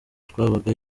twabaga